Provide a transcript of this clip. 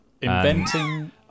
Inventing